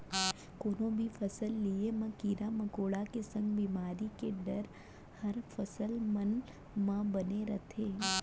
कोनो भी फसल लिये म कीरा मकोड़ा के संग बेमारी के डर हर फसल मन म बने रथे